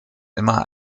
immer